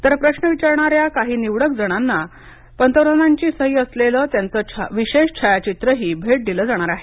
तर प्रश्न विचारणाऱ्या काही निवडक जणांना पंतप्रधानांच्या सही असलेलं त्यांचं विशेष छायाचित्रंही भेट दिलं जाणार आहे